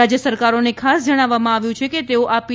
રાજ્ય સરકારોને ખાસ જણાવવામાં આવ્યું છે કે તેઓ આ પી